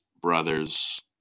brother's